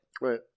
right